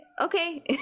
okay